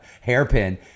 hairpin